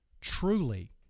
truly